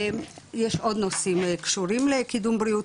יש עוד נושאים קשורים לקידום בריאות,